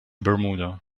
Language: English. bermuda